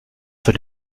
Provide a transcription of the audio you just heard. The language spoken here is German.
für